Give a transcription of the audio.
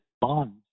bonds